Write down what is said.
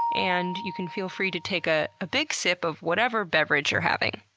and you can feel free to take a big sip of whatever beverage you're having,